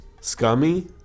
scummy